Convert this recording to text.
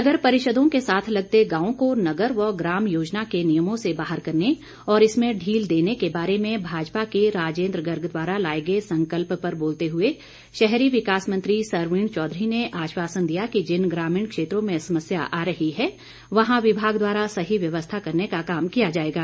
नगर परिषदों के साथ लगते गांव को नगर व ग्राम योजना के नियमों से बाहर करने और इसमें ढील देने के बारे में भाजपा के राजेन्द्र गर्ग द्वारा लाए गए संकल्प पर बोलते हुए शहरी विकास मंत्री सरवीण चौधरी ने आश्वासन दिया कि जिन ग्रामीण क्षेत्रों में समस्या आ रही है वहां विभाग द्वारा सही व्यवस्था करने का काम किया जाएगा